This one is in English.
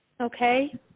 Okay